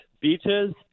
beaches